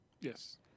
Yes